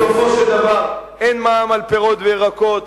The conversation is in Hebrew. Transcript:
בסופו של דבר אין מע"מ על פירות וירקות,